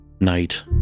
night